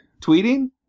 Tweeting